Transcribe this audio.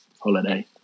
holiday